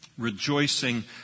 Rejoicing